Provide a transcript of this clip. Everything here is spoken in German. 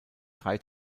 drei